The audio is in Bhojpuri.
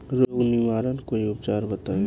रोग निवारन कोई उपचार बताई?